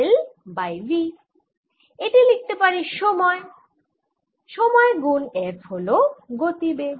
L by v এটি লিখতে পারি সময় সময় গুন F হল গতিবেগ